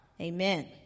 Amen